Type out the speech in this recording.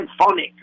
symphonic